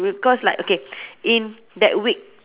because like okay in that week